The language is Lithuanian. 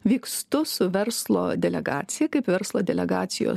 vykstu su verslo delegacija kaip verslo delegacijos